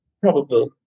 probable